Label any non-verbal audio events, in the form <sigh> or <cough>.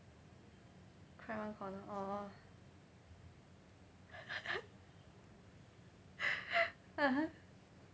cry one corner orh <laughs> (uh huh)